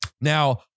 Now